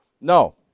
No